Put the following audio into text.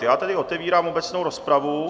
Já tedy otevírám obecnou rozpravu.